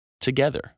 together